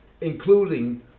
including